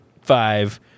five